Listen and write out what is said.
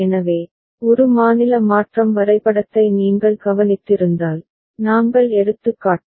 எனவே ஒரு மாநில மாற்றம் வரைபடத்தை நீங்கள் கவனித்திருந்தால் நாங்கள் எடுத்துக்காட்டு